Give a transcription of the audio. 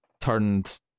turned